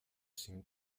seemed